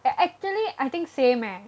actually I think same eh